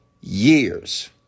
years